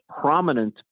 prominent